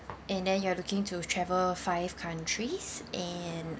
and then you are looking to travel five countries and